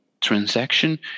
transaction